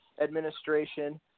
Administration